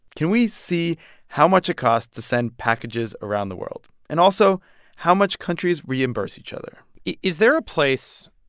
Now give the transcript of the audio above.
can we see how much it costs to send packages around the world and also how much countries reimburse each other? is there a place